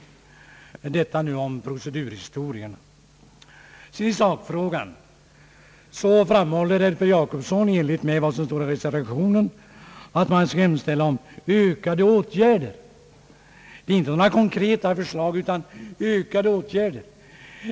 Detta var vad jag ville nämna om procedurhistorien, och jag övergår sedan till sakfrågan. Herr Per Jacobsson framhåller att riksdagen i enlighet med vad som står i reservationen skall hemställa om ökade åtgärder — alltså inte om några konkreta förslag, utan om ökade åtgärder.